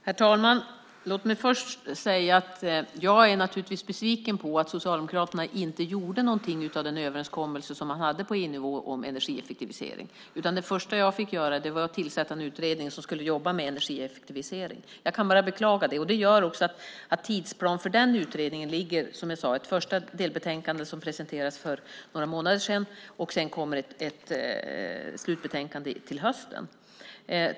Herr talman! Jag är naturligtvis besviken på att Socialdemokraterna inte gjorde någonting av den överenskommelse som man hade på EU-nivå om energieffektivisering. Det första jag fick göra var att tillsätta en utredning som skulle jobba med energieffektivisering. Jag kan bara beklaga detta. Det gör också att tidsplanen för den utredningen, som jag sade, är att ett första delbetänkande presenterades för några månader sedan och att ett slutbetänkande kommer till hösten.